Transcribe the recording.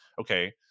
okay